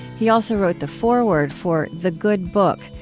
he also wrote the foreword for the good book,